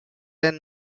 than